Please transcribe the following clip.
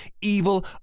evil